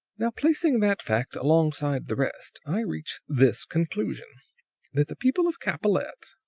now, placing that fact alongside the rest, i reach this conclusion that the people of capallette,